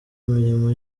imirimo